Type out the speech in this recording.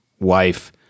wife